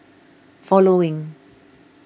following